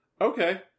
Okay